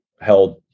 held